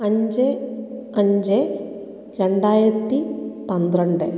അഞ്ച് അഞ്ച് രണ്ടായിരത്തി പന്ത്രണ്ട്